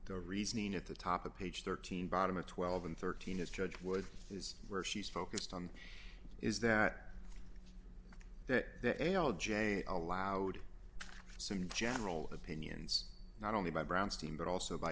the reasoning at the top of page thirteen bottom of twelve and thirteen is judge would is where she's focused on is that that the l j allowed some general opinions not only by brownstein but also by